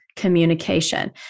communication